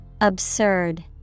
Absurd